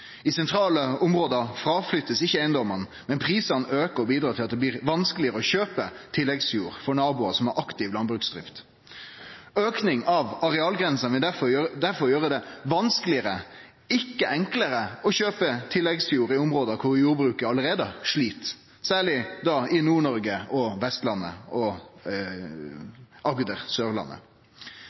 I sentrale område blir ikkje eigedomane fråflytta, men prisane aukar og bidreg til at det blir vanskelegare å kjøpe tilleggsjord for naboar som har aktiv landbruksdrift. Heving av arealgrensene vil difor gjere det vanskelegare, ikkje enklare, å kjøpe tilleggsjord i område der jordbruket allereie slit, særleg i Nord-Noreg, på Vestlandet og på Agder, Sørlandet.